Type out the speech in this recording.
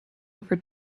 over